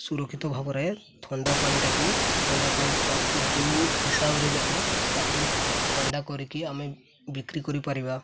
ସୁରକ୍ଷିତ ଭାବରେ ଥଣ୍ଡାପାଣିଟାକୁ ଥଣ୍ଡାପାଣି ଯେଉଁ ହିସାବରେ ବି ଆମେ ତାକୁ ଥଣ୍ଡା କରିକି ଆମେ ବିକ୍ରି କରିପାରିବା